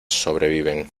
sobreviven